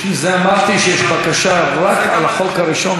בשביל זה אמרתי שיש בקשה רק על החוק הראשון,